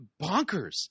bonkers